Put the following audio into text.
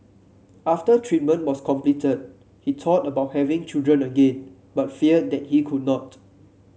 after treatment was completed he thought about having children again but feared that he could not